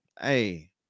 hey